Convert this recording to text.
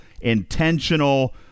intentional